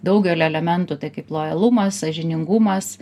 daugelio elementų tai kaip lojalumas sąžiningumas